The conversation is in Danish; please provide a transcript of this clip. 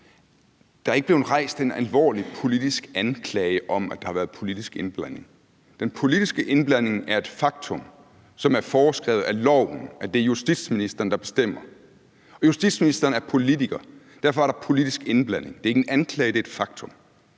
Der er ikke blevet rejst en alvorlig politisk anklage om, at der har været politisk indblanding. Den politiske indblanding er et faktum, som er foreskrevet af loven: Det er justitsministeren, der bestemmer. Og justitsministeren er politiker; derfor er der politisk indblanding. Det er ikke en anklage. Det er et faktum.